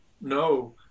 no